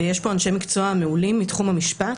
ויש פה אנשי מקצוע מעולים מתחום המשפט,